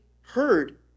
heard